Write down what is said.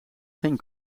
geen